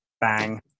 bang